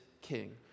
king